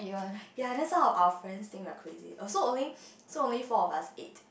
ya then some of our friends think we're crazy oh so only so only four of us ate